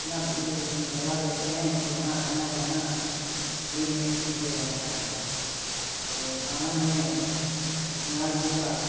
इतना भीड़ लगा देते हैं कि वहाँ आना जाना भी मुश्किल हो जाता है तो सावन में विश्वनाथ जी का